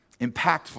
impactful